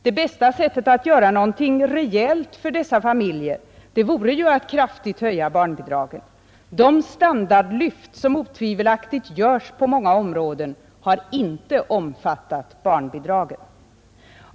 Det bästa sättet att göra någonting rejält för dessa familjer vore ju att kraftigt höja barnbidragen. De standardlyft som otvivelaktigt görs på många områden har inte omfattat barnbidragen.